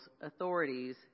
authorities